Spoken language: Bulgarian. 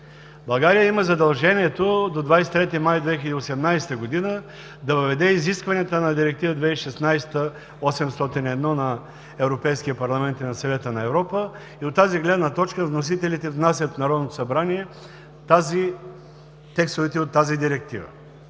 България има задължението до 23 май 2018 г. да въведе изискванията на Директива 2016/801 на Европейския парламент и на Съвета на Европа и от тази гледна точка вносителите внасят в Народното събрание текстовете от тази директива.